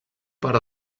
part